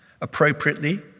Appropriately